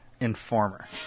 Informer